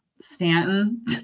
Stanton